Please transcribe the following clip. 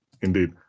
Indeed